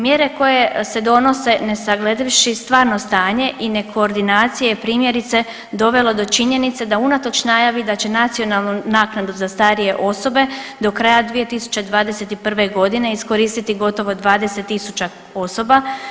Mjere koje se donose ne sagledavši stvarno stanje i ne koordinacije je primjerice dovelo do činjenice da unatoč najavi da će nacionalnu naknadu za starije osobe do kraja 2021. godine iskoristiti gotovo 20.000 osoba.